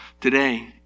today